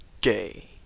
gay